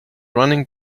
running